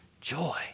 joy